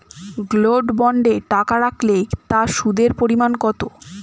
Gold বন্ডে টাকা রাখলে তা সুদের পরিমাণ কত?